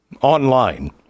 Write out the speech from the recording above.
online